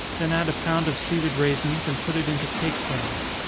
then add a pound of seeded raisins, and put it into cake pans.